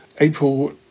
April